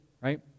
right